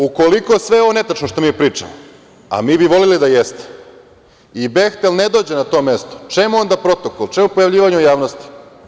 Ukoliko je sve ovo netačno što mi pričamo, a mi bi voleli da jeste, i „Behtel“ ne dođe na to mesto, čemu onda protokol, čemu onda pojavljivanje u javnosti?